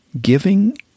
Giving